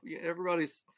everybody's